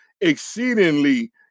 exceedingly